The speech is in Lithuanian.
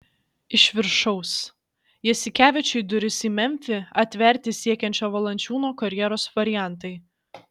iš viršaus jasikevičiui duris į memfį atverti siekiančio valančiūno karjeros variantai